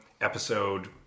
Episode